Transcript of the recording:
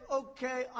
okay